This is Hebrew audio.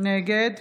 נגד